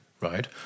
right